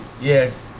Yes